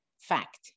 fact